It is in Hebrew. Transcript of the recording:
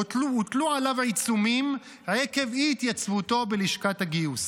הוטלו עליו עיצומים עקב אי-התייצבותו בלשכת הגיוס.